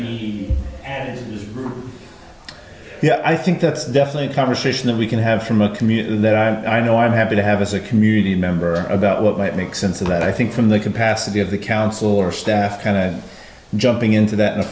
the yeah i think that's definitely a conversation that we can have from a community that i know i'm happy to have as a community member about what might make sense of that i think from the capacity of the council or staff kind of jumping into that in a